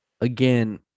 again